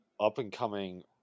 up-and-coming